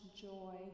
joy